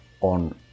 on